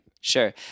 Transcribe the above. Sure